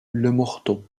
lemorton